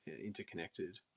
interconnected